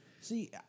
See